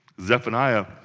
Zephaniah